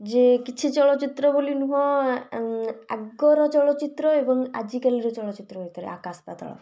ଯେ କିଛି ଚଳଚ୍ଚିତ୍ର ବୋଲି ନୁହେଁ ଆଗର ଚଳଚ୍ଚିତ୍ର ଏବଂ ଆଜିକାଲିର ଚଳଚ୍ଚିତ୍ର ଭିତରେ ଆକାଶ ପାତାଳ ଫରକ